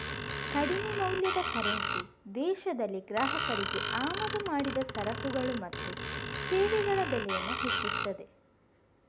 ಕಡಿಮೆ ಮೌಲ್ಯದ ಕರೆನ್ಸಿ ದೇಶದಲ್ಲಿ ಗ್ರಾಹಕರಿಗೆ ಆಮದು ಮಾಡಿದ ಸರಕುಗಳು ಮತ್ತು ಸೇವೆಗಳ ಬೆಲೆಯನ್ನ ಹೆಚ್ಚಿಸ್ತದೆ